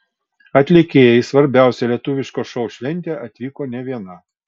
atlikėja į svarbiausią lietuviško šou šventę atvyko ne viena